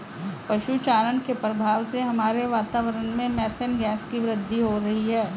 पशु चारण के प्रभाव से हमारे वातावरण में मेथेन गैस की वृद्धि हो रही है